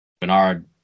Bernard